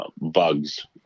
bugs